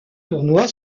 tournoi